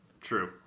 True